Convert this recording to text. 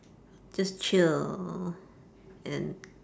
just chill and